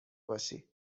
باشی